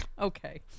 Okay